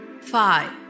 five